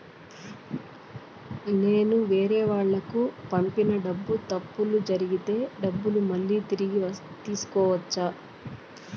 నేను వేరేవాళ్లకు పంపినప్పుడు తప్పులు జరిగితే డబ్బులు మళ్ళీ తిరిగి తీసుకోవచ్చా?